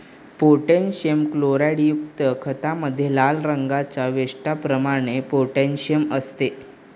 potassium क्लोराईडयुक्त खतामध्ये लाल रंगाच्या वेष्टनाप्रमाणे पोटॅशियम असते